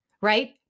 right